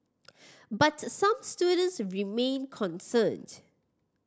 but some students remain concerned